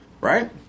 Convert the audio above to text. Right